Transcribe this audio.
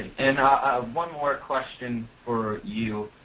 and ah one more question for you.